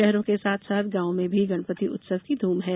शहरों के साथ साथ गांवों में भी गणपति उत्सव की धूम है